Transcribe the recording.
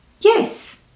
Yes